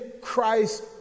Christ